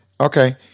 Okay